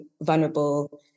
vulnerable